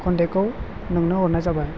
कनथेखखौ नोंनो हरनाय जाबाय